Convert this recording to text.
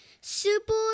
super